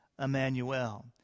Emmanuel